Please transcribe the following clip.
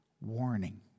warning